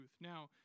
Now